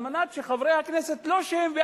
על מנת שלא חברי הכנסת בעצמם,